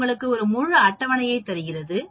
அது உங்களுக்கு ஒரு முழு அட்டவணையை தருகிறது